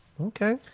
Okay